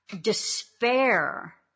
despair